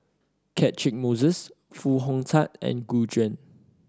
Catchick Moses Foo Hong Tatt and Gu Juan